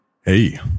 Hey